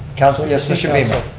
councilor, yes, mr. beaman.